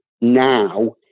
now